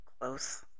close